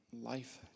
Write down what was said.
life